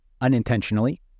unintentionally